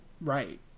right